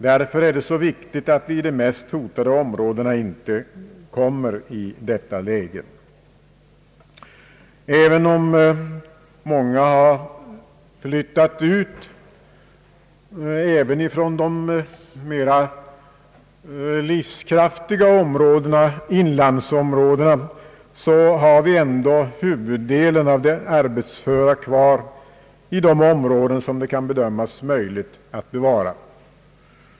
Det är därför viktigt att vi i de mest hotade områdena inte kommer i detta läge. Även om många har flyttat ut från de mera livskraftiga inlandsområdena, finns ändå huvuddelen av de arbetsföra kvar i de områden som det kan bedömas möjligt att bevara.